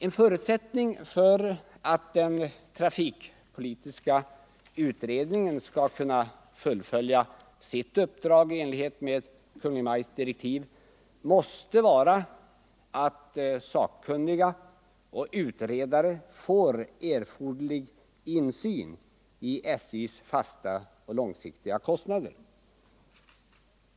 En förutsättning för att den trafikpolitiska utredningen skall kunna fullfölja sitt uppdrag i enlighet med Kungl. Maj:ts direktiv måste vara att sakkunniga och utredare får erforderlig insyn i SJ:s fasta och långsiktiga kostnader.